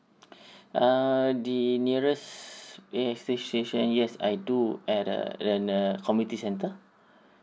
err the nearest A_X_S station yes I do at the the the community centre